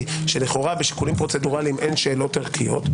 שלכאורה בשיקולים פרוצדורליים אין שאלות ערכיות,